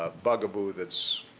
ah bugaboo that's